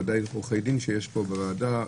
בוודאי עורכי דין שנמצאים כאן בוועדה,